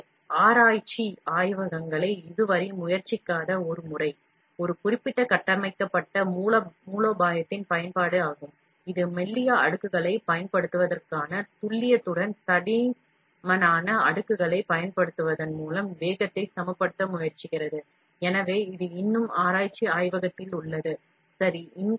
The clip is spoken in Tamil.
எனவே ஆராய்ச்சி ஆய்வகங்களை இதுவரை முயற்சிக்காத ஒரு முறை ஒரு குறிப்பிட்ட கட்டமைக்கப்பட்ட மூலோபாயத்தின் பயன்பாடு ஆகும் இது மெல்லிய அடுக்குகளைப் பயன்படுத்துவதற்கான துல்லியத்துடன் தடிமனான அடுக்குகளைப் பயன்படுத்துவதன் மூலம் வேகத்தை சமப்படுத்த முயற்சிக்கிறது எனவே இது இன்னும் ஆராய்ச்சி ஆய்வகத்தில் உள்ளது சரி